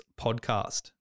podcast